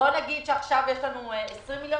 בואו נגיד שעכשיו יש לנו 20 מיליון